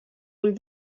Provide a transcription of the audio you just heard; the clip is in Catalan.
ull